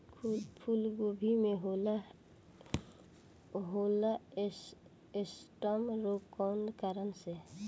फूलगोभी में होला स्टेम रोग कौना कारण से?